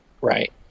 Right